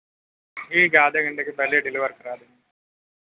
ٹھیک ہے آدھے گھنٹے کے پہلے ہی ڈلیور کرا دیں گے